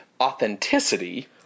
authenticity